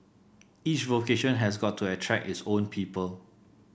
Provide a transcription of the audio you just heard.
each vocation has got to attract its own people